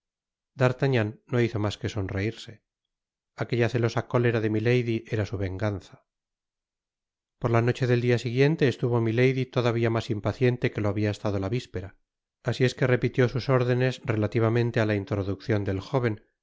d'artagnan no hizo mas que sonreirse aquella celosa cólera de milady era su venganza por la noche del dia siguiente estuvo milady todavia mas impaciente que lo habia estado la vispera asi es que repitió sus órdenes relativamente á la introduccion del jóven